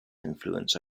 influence